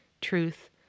truth